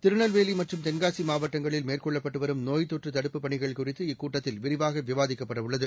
திருநெல்வேலிமற்றும் தென்காசிமாவட்டங்களிலமேற்கொள்ளப்பட்டுவரும் நோய் தொற்றுதடுப்புப் பணிகள் குறித்து இக்கூட்டத்தில் விரிவாகவிவாதிக்கப்படஉள்ளது